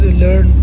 learn